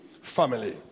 family